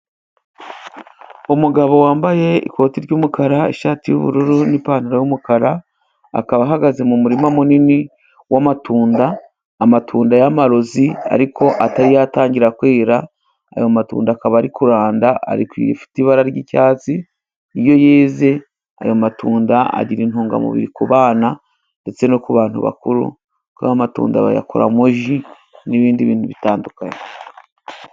Umugabo wambaye ikoti ry'umukara ,ishati y'ubururu n'ipantaro y'umukara, akaba ahagaze mu murima munini w'amatunda. Amatunda y'amarozi ariko atari yatangira kwera ayo matunda akaba ari kuranda ariko afite ibara ry'icyatsi ,iyo yeze ayo matunda agira intungamubiri ku bana ndetse no ku bantu bakuru, kuko ayo matunda bayakoramo ji n'ibindi bintu bitandukanye.